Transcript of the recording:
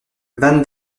van